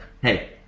hey